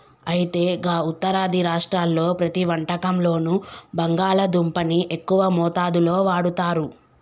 అయితే గా ఉత్తరాది రాష్ట్రాల్లో ప్రతి వంటకంలోనూ బంగాళాదుంపని ఎక్కువ మోతాదులో వాడుతారు